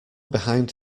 behind